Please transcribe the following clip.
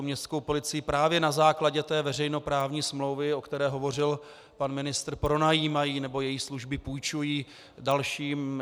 Městskou policii právě na základě veřejnoprávní smlouvy, o které hovořil pan ministr, pronajímají nebo její služby půjčují dalším.